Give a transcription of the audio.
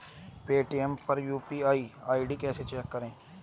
Paytm पर UPI ID कैसे check करें?